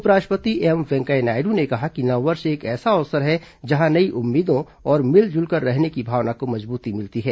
उप राष्ट्रपति एम वेंकैया नायड् ने कहा कि नववर्ष एक ऐसा अवसर है जहां नई उम्मीदों और मिलजुल कर रहने की भावना को मजबूती मिलती है